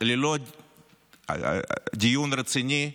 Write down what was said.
שבלא דיון רציני,